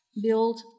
Build